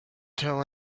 tell